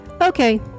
Okay